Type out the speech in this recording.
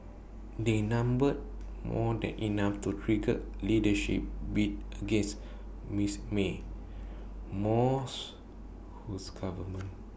they number more than enough to trigger leadership bid against Mrs may more whose government